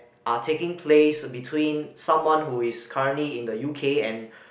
are taking place between someone who is currently in the U_K and